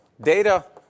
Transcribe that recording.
Data